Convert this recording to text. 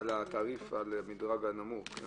חלק מהבעיה עם עבירות